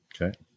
Okay